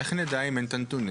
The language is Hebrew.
איך נדע אם אין את הנתונים?